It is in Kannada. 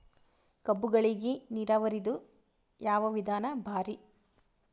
ಕಬ್ಬುಗಳಿಗಿ ನೀರಾವರಿದ ಯಾವ ವಿಧಾನ ಭಾರಿ?